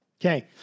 Okay